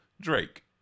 drake